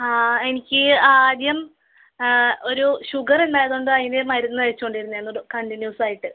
ആ എനിക്ക് ആദ്യം ഒരു ഷുഗറൊണ്ടായതോണ്ട് അതിന് മരുന്ന് കഴിച്ചോണ്ടിരുന്നതാണ് കണ്ടിന്യൂസായിട്ട്